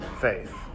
faith